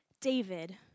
David